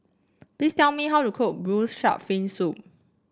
please tell me how to cook blue shark fin soup